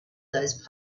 those